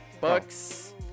Bucks